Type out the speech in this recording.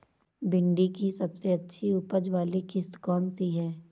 भिंडी की सबसे अच्छी उपज वाली किश्त कौन सी है?